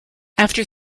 after